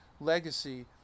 legacy